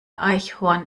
eichhorn